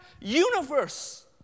universe